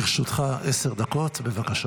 לרשותך עשר דקות, בבקשה.